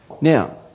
Now